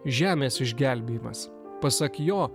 žemės išgelbėjimas pasak jo